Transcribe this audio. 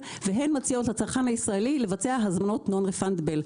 והן מציעות לצרכן הישראלי לבצע הזמנות non-refundable.